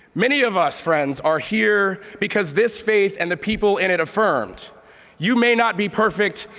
many of us, friends, are here because this faith and the people in it affirmed you may not be perfect,